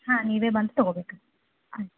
ಹಾಂ ನೀವೇ ಬಂದು ತಗೋಬೇಕು ಆಯ್ತು